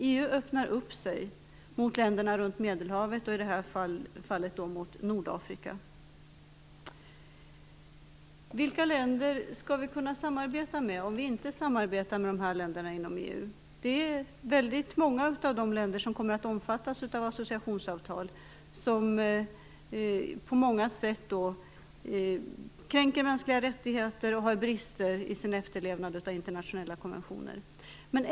EU öppnar sig mot länderna runt Medelhavet, i det här fallet mot Nordafrika. Vilka länder skall vi kunna samarbeta med om vi inte samarbetar med dessa länder inom EU? Väldigt många av de länder som kommer att omfattas av associationsavtal kränker på många sätt mänskliga rättigheter och har brister i sin efterlevnad av internationella konventioner.